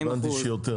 הבנתי שיותר.